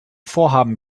vorhaben